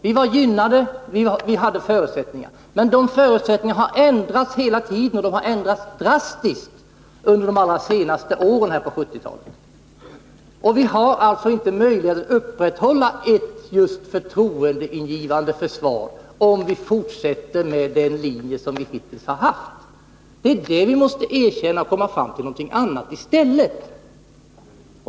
Vi var gynnade och hade bättre förutsättningar — men de förutsättningarna har hela tiden ändrats, och de har ändrats drastiskt under de allra senaste åren av 1970-talet. Vi har alltså inte möjlighet att upprätthålla ett förtroendeingivande försvar om vi fortsätter på den linje som vi hittills har följt. Vi måste erkänna det och komma fram till någonting annat i stället.